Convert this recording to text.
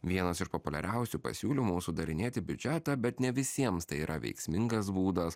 vienas iš populiariausių pasiūlymų sudarinėti biudžetą bet ne visiems tai yra veiksmingas būdas